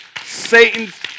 Satan's